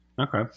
Okay